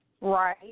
Right